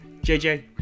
JJ